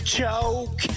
choke